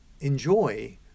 enjoy